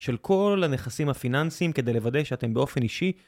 של כל הנכסים הפיננסיים כדי לוודא שאתם באופן אישי.